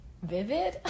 Vivid